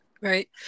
right